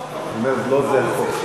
אבל זה לא החוק.